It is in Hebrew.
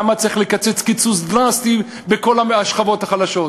למה צריך לקצץ קיצוץ דרסטי לכל השכבות החלשות.